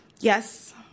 Yes